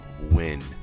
win